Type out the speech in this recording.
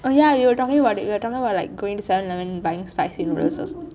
oh ya we were talking about it we were talking about like going to seven eleven and buying spicy noodles